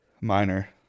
Minor